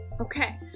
Okay